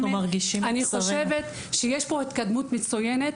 אני חושבת שיש פה התקדמות מצוינת.